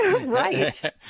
Right